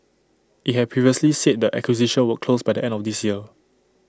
IT had previously said the acquisition would close by the end of this year